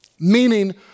Meaning